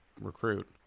recruit